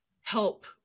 help